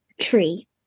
tree